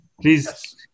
Please